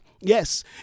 Yes